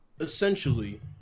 essentially